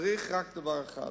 צריך רק דבר אחד,